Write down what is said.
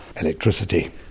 electricity